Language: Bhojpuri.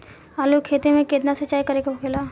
आलू के खेती में केतना सिंचाई करे के होखेला?